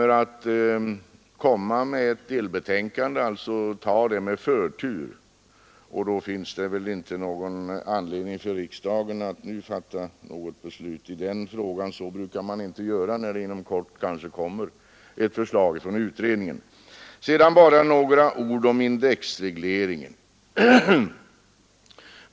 Vi skall lägga fram ett delbetänkande, som skall behandlas med förtur. Då finns det väl inte någon anledning för riksdagen att nu fatta något beslut i den frågan — så brukar man inte göra när det inom kort kanske kommer ett förslag från en utredning. Sedan bara några ord om indexregleringen.